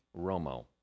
Romo